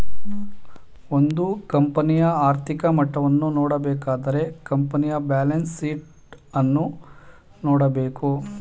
ಒಂದು ಕಂಪನಿಯ ಆರ್ಥಿಕ ಮಟ್ಟವನ್ನು ನೋಡಬೇಕಾದರೆ ಕಂಪನಿಯ ಬ್ಯಾಲೆನ್ಸ್ ಶೀಟ್ ಅನ್ನು ನೋಡಬೇಕು